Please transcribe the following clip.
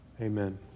Amen